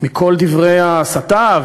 כל דברי ההסתה,